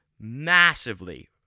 massively